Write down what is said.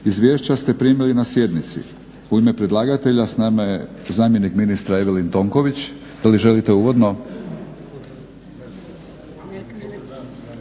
Izvješća ste primili na sjednici. U ime predlagatelja sa nama je zamjenik ministra Evelin Tonković. Da li želite uvodno?